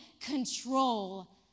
control